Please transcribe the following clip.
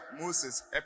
Moses